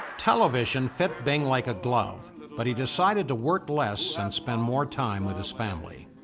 television fit bing like a glove but he decided to work less and spend more time with his family.